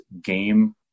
game